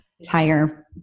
entire